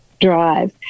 drive